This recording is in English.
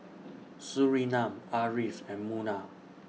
Surinam Ariff and Munah